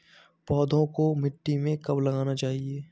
पौधों को मिट्टी में कब लगाना चाहिए?